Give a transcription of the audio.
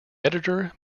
editor